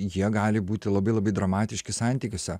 jie gali būti labai labai dramatiški santykiuose